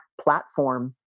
platform